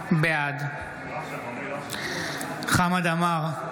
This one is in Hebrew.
בעד חמד עמאר,